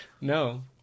No